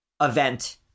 event